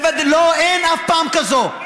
לא, אין אף פעם כזאת.